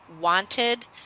wanted